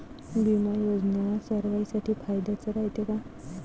बिमा योजना सर्वाईसाठी फायद्याचं रायते का?